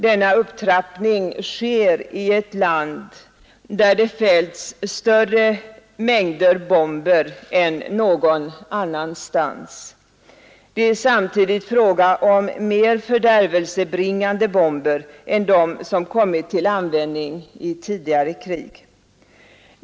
Denna upptrappning sker i ett land där det fälls större mängder bomber än någon annanstans. Det är samtidigt fråga om mer förödelsebringande bomber än de som kommit till andvändning i tidigare krig.